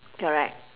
correct